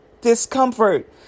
discomfort